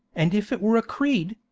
and if it were a creed,